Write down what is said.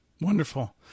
Wonderful